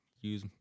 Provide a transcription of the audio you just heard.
use